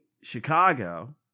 Chicago